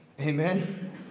Amen